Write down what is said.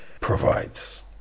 provides